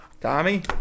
Tommy